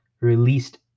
released